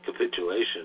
capitulation